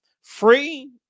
free